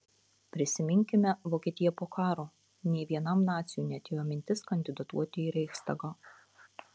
prisiminkime vokietiją po karo nė vienam naciui neatėjo mintis kandidatuoti į reichstagą